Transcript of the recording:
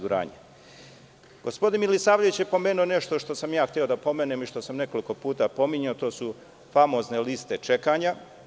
Gospodin Milisavljević je pomenuo nešto što sam hteo da pomenem i što san nekoliko puta pominjao, to su famozne liste čekanja.